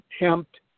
attempt